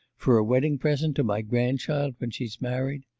for a wedding-present to my grandchild when she's married?